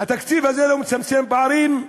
התקציב הזה לא מצמצם פערים.